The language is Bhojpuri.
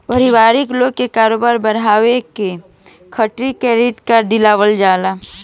व्यापारी लोग के कारोबार के बढ़ावे खातिर क्रेडिट कार्ड दिहल जाला